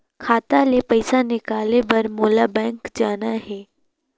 खाता ले पइसा निकाले बर मोला बैंक जाना हे?